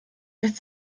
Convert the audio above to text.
lässt